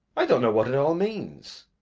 i don't know what it all means.